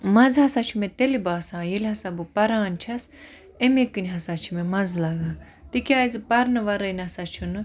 مَزٕ ہَسا چھُ مےٚ تیٚلہِ باسان ییٚلہِ ہَسا بہٕ پَران چھَس امے کِنۍ ہَسا چھ مےٚ مَزٕ لَگان تکیازِ پَرنہٕ وَرٲے نَسا چھُ نہٕ